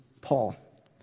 Paul